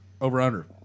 over-under